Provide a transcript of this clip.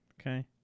okay